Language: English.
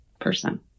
person